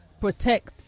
protect